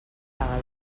vaga